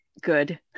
Good